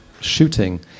shooting